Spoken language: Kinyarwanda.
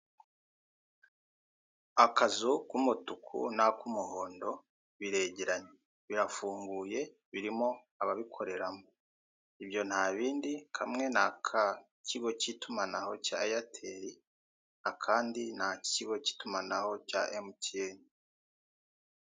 Akazu k'umutuku n'ak'umuhondo biregerenya. Birafunguye, birimo ababikoreramo. Ibyo nta bindi, kamwe ni ak'ikigo cy'itumanaho cya eyateli, akandi ni ak'ikigo cy'itumanaho cya emutiyeni.